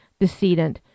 decedent